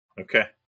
Okay